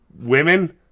Women